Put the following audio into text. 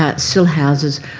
ah sil houses.